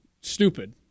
stupid